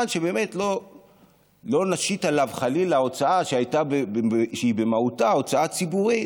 אבל שבאמת לא נשית חלילה הוצאה שהיא במהותה הוצאה ציבורית